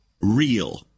real